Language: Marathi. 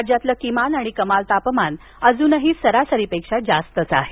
राज्यातल किमान आणि कमाल तापमान अजूनही सरासरीपेक्षा जास्तच आहे